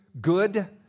good